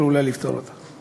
יכלו אולי לפתור אותה.